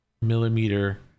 millimeter